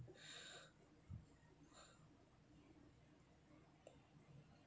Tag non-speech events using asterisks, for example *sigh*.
*breath*